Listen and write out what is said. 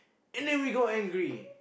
and then we got angry